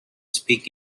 speak